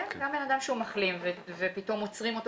גם בן אדם שהוא מחלים ופתאום עוצרים אותו